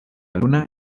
luna